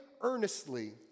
earnestly